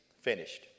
finished